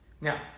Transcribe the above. Now